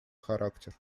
характер